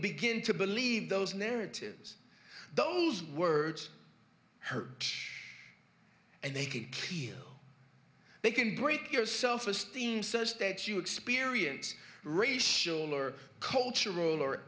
begin to believe those narratives those words her and they can peel they can break your self esteem says that you experience racial or cultural or